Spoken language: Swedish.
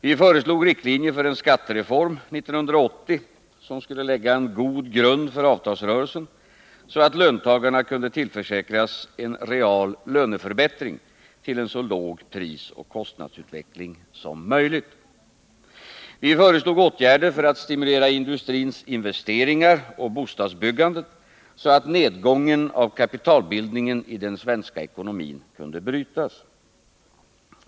Vi föreslog riktlinjer för en skattereform 1980, som skulle lägga en god grund för avtalsrörelsen så att löntagarna kunde tillförsäkras en reell löneförbättring och en så låg prisoch kostnadsutveckling som möjligt. Vi föreslog åtgärder för att stimulera industrins investeringar och bostadsbyggandet, så att nedgången av kapitalbildningen i den svenska ekonomin kunde brytas.